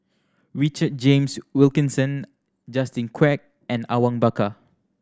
Richard James Wilkinson Justin Quek and Awang Bakar